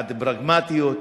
בעד פרגמטיות.